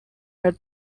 had